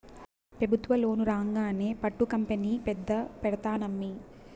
పెబుత్వ లోను రాంగానే పట్టు కంపెనీ పెద్ద పెడ్తానమ్మీ